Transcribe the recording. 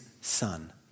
Son